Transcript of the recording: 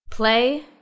play